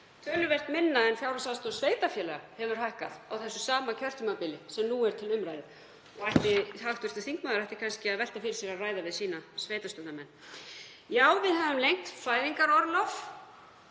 töluvert minna en fjárhagsaðstoð sveitarfélaga hefur hækkað á þessu sama kjörtímabili sem nú er til umræðu. Hv. þingmaður ætti kannski að velta því fyrir sér og ræða við sína sveitarstjórnarmenn. Já, við höfum lengt fæðingarorlof.